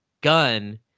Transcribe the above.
gun